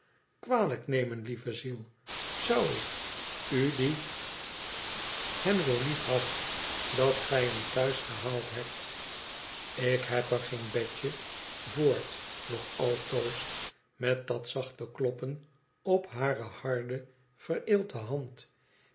kwalijk nemen lieve ziel zou ik u die hem zoo liefhadt dat gij hem thuis gehaald hebt ik heb er ging betje voort nog altoos met dat zachte kloppen op hare harde vereelte hand